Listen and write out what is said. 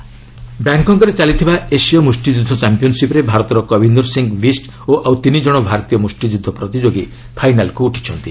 boxing Asian ବ୍ୟାଙ୍ଗ୍କକ୍ରେ ଚାଲିଥିବା ଏସିୟ ମୁଷ୍ଟିଯୁଦ୍ଧ ଚାମ୍ପିୟନ୍ସିପ୍ରେ ଭାରତର କବିନ୍ଦର ସିଂ ବିଷ୍ ଓ ଆଉ ତିନି ଜଣ ଭାରତୀୟ ମୁଷ୍ଟିଯୁଦ୍ଧ ପ୍ରତିଯୋଗୀ ଫାଇନାଲ୍କୁ ଉଠିଛନ୍ତି